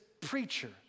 preacher